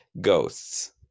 Ghosts